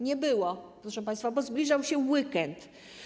Nie było, proszę państwa, bo zbliżał się weekend.